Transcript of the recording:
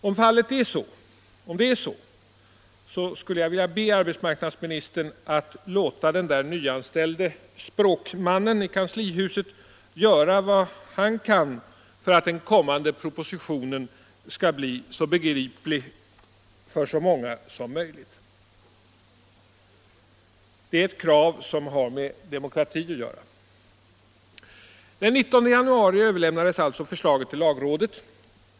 Om det är så, vill jag be arbetsmarknadsministern att låta den där nyanställde språkmannen i kanslihuset göra vad han kan för att den kommande propositionen skall bli så begriplig som möjligt för så många som möjligt. Det är ett krav som har med demokrati att göra. Den 19 januari överlämnades alltså förslaget till lagrådet.